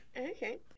Okay